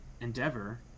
endeavor